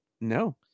No